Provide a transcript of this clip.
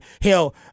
hell